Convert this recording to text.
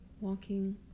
Walking